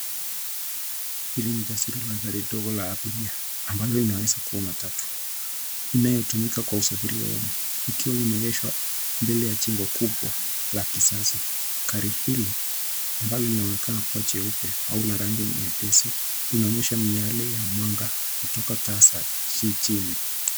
Hili ni taswira la gari ndogo la abiria ambalo linaweza kuwa matatu, inayotumika kwa usafiri wa umma likiwa limeegeshwa mbele ya jengo kubwa la kisasa. Gari hili ambalo linaonekana kuwa jeupe au la rangi nyepesi linaonyesha miale ya mwanga kutoka taa za jijini.